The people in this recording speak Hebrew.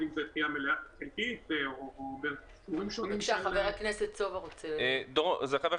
אם זו דחיה חלקית או --- ח"כ יבגני סובה רוצה לשאול אותך שאלה.